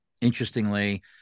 interestingly